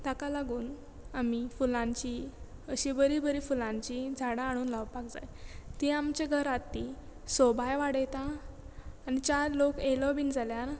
ताका लागून आमी फुलांची अशी बरी बरी फुलांची झाडां हाडून लावपाक जाय ती आमच्या घरांत ती सोबाय वाडयता आनी चार लोक येयलो बीन जाल्यार